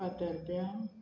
फातरप्यां